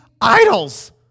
idols